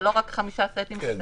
זה לא רק חמישה סטים של תקנות --- כן,